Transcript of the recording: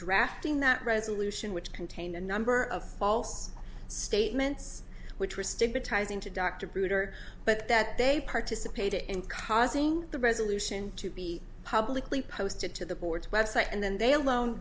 drafting that resolution which contained a number of false statements which were stigmatizing to dr brooder but that they participated in causing the resolution to be publicly posted to the board website and then they alone